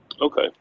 Okay